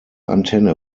antenne